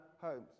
homes